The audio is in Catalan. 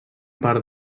part